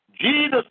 Jesus